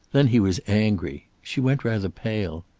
then he was angry! she went rather pale.